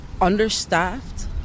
understaffed